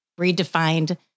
redefined